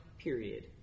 period